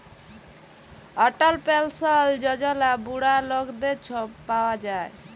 অটল পেলসল যজলা বুড়া লকদের ছব পাউয়া যায়